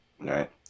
Right